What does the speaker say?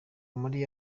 muri